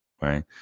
Right